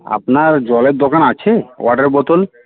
আপনার জলের দোকান আছে ওয়াটার বোতল